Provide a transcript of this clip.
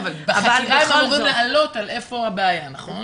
בחקירה הם אמורים לעלות על איפה הבעיה, נכון?